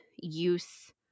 use